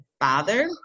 father